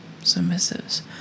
submissives